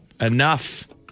enough